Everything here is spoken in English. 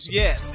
yes